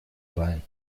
rein